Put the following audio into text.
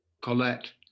Colette